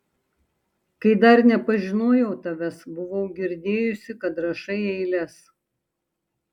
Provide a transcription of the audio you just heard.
kai dar nepažinojau tavęs buvau girdėjusi kad rašai eiles